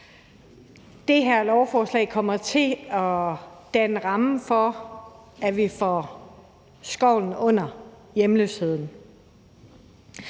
Det her lovforslag kommer til at danne rammen for, at vi får skovlen under hjemløsheden.